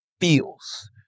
feels